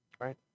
right